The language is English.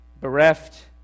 bereft